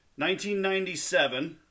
1997